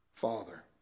Father